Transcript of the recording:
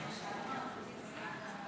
49